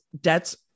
debts